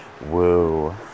Woo